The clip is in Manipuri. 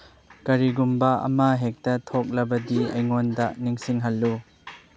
ꯀꯔꯤꯒꯨꯝꯕ ꯑꯃꯍꯦꯛꯇ ꯊꯣꯛꯂꯕꯗꯤ ꯑꯩꯉꯣꯟꯗ ꯅꯤꯡꯁꯤꯡꯍꯜꯂꯨ